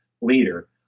leader